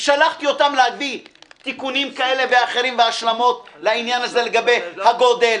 שלחתי אותם להביא תיקונים כאלה ואחרים והשלמות לעניין הזה לגבי הגודל.